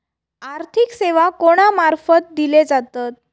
आर्थिक सेवा कोणा मार्फत दिले जातत?